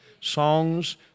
Songs